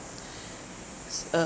s~ uh